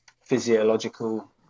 physiological